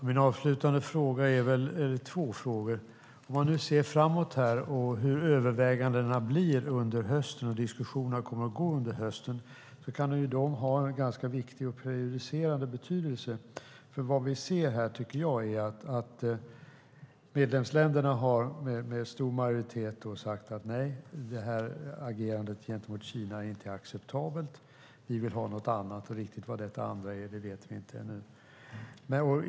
Herr talman! Jag har två frågor i detta mitt sista inlägg. Övervägandena och diskussionerna som kommer att ske under hösten kan ha en ganska viktig och prejudicerande betydelse. Det vi ser, tycker jag, är att medlemsländerna med stor majoritet sagt att nej, det agerandet gentemot Kina är inte acceptabelt, utan vi vill ha något annat. Riktigt vad detta annat är vet vi inte ännu.